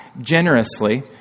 generously